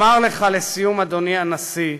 אומר לך לסיום, אדוני הנשיא,